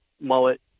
mullet